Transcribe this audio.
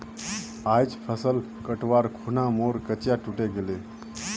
आइज फसल कटवार खूना मोर कचिया टूटे गेले